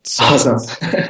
Awesome